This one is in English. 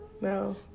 no